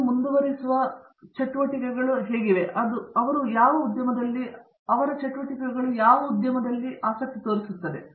ನೀವು ಮುಂದುವರಿಸುವ ಚಟುವಟಿಕೆಗಳಲ್ಲಿ ಉದ್ಯಮವು ಎಲ್ಲಿ ಆಸಕ್ತಿ ತೋರಿಸುತ್ತದೆ